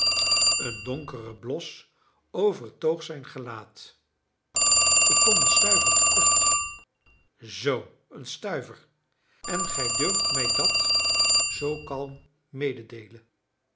een donkere blos overtoog zijn gelaat ik kom een stuiver te kort zoo een stuiver en gij durft mij dat zoo kalm mededeelen